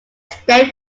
step